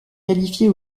qualifiée